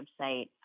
website